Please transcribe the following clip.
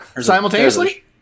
Simultaneously